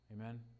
Amen